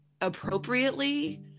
appropriately